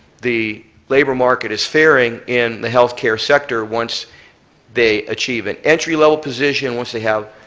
the labor market is faring in the health care sector once they achieve an entry-level position, once they have